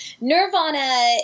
Nirvana